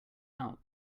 out